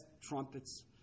trumpets